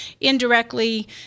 indirectly